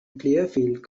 clearfield